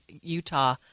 Utah